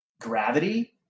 gravity